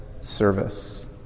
service